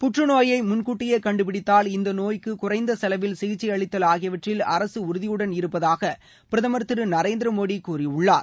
புற்றுநோயை முன்கூட்டியே கண்டுபிடித்தால் இந்த நோய்க்கு குறைந்த செலவில் சிகிச்சை அளித்தல் ஆகியவற்றில் அரசு உறுதியுடன் இருப்பதா பிரதமர் திரு நரேந்திர மோடி கூறியுள்ளார்